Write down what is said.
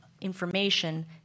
information